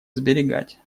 сберегать